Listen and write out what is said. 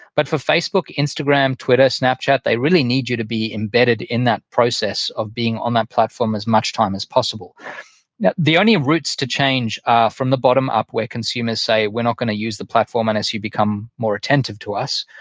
but for facebook, instagram, twitter, snapchat, they really need you to be embedded in that process of being on that platform as much time as possible the only routes to change are from the bottom up, where consumers say, we're not going to use the platform and unless you become more attentive to us.